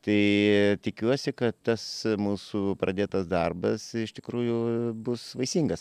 tai tikiuosi kad tas mūsų pradėtas darbas iš tikrųjų bus vaisingas